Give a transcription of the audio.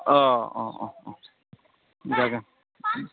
अ अ अ जागोन